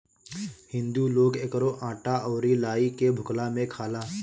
हिंदू लोग एकरो आटा अउरी लाई के भुखला में खाला